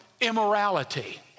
immorality